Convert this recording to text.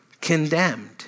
condemned